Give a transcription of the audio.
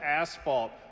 asphalt